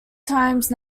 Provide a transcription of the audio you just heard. times